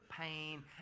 pain